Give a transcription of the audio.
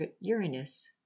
Uranus